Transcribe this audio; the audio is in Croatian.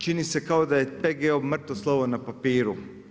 Čini se kao da je PGO mrtvo slovo na papiru.